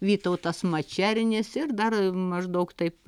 vytautas mačernis ir dar maždaug taip